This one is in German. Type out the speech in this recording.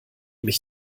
mich